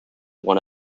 one